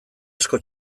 asko